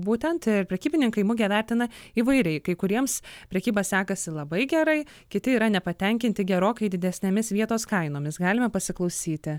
prekeivių būtent ir prekybininkai mugę vertina įvairiai kai kuriems prekyba sekasi labai gerai kiti yra nepatenkinti gerokai didesnėmis vietos kainomis galime pasiklausyti